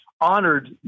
honored